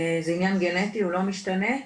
זה עניין גנטי, הוא לא משתנה.